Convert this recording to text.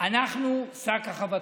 אנחנו שק החבטות.